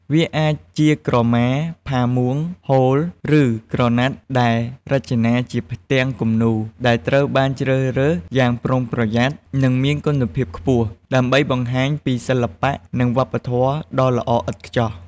វាអាចជាក្រមា ផាមួង ហូល ឬក្រណាត់ដែលរចនាជាផ្ទាំងគំនូរ ដែលត្រូវបានជ្រើសរើសយ៉ាងប្រុងប្រយ័ត្ន និងមានគុណភាពខ្ពស់ ដើម្បីបង្ហាញពីសិល្បៈ និងវប្បធម៌ដ៏ល្អឥតខ្ចោះ